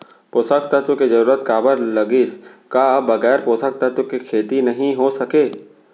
पोसक तत्व के जरूरत काबर लगिस, का बगैर पोसक तत्व के खेती नही हो सके?